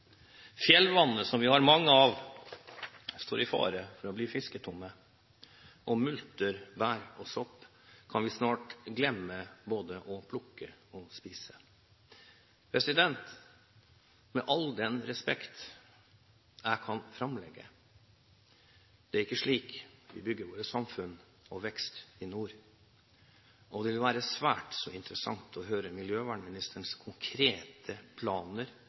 som vi har mange av, står i fare for å bli fisketomme, og multer, bær og sopp kan vi snart glemme både å plukke og å spise. Med all den respekt jeg kan framlegge – det er ikke slik vi bygger våre samfunn og vår vekst i nord. Det ville være svært interessant å høre miljøvernministerens konkrete planer